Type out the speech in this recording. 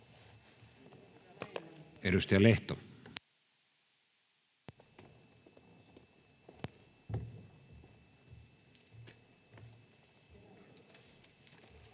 Edustaja Lehto.